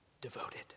devoted